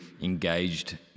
engaged